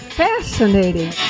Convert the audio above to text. fascinating